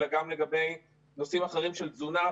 אלא גם לגבי נושאים אחרים של תזונה,